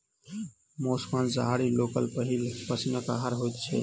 मौस मांसाहारी लोकक पहिल पसीनक आहार होइत छै